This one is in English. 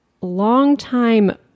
longtime